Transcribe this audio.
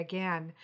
Again